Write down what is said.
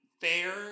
fair